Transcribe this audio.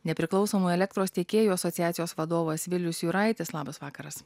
nepriklausomų elektros tiekėjų asociacijos vadovas vilius juraitis labas vakaras